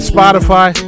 Spotify